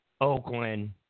Oakland